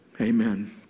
Amen